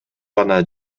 гана